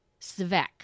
svek